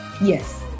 yes